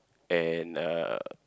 and uh